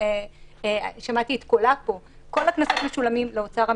כל הקנסות משולמים לאוצר המדינה.